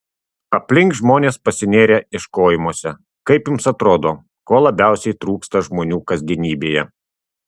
aplink žmonės pasinėrę ieškojimuose kaip jums atrodo ko labiausiai trūksta žmonių kasdienybėje